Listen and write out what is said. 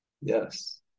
Yes